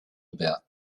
about